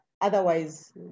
otherwise